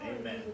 Amen